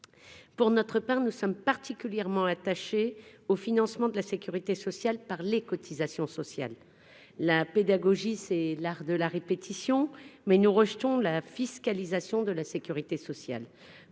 Pour notre part, nous sommes particulièrement attachés au financement de la sécurité sociale par les cotisations sociales. La pédagogie étant l'art de la répétition, je le redis encore une fois : nous rejetons la fiscalisation de la sécurité sociale.